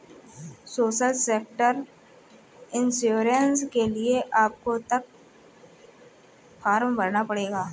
social sector insurance के लिए आपको एक फॉर्म भरना पड़ेगा